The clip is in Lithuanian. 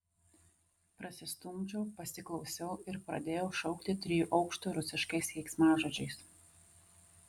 prasistumdžiau pasiklausiau ir pradėjau šaukti trijų aukštų rusiškais keiksmažodžiais